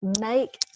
make